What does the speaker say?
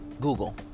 google